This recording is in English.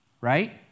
right